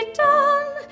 done